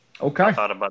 Okay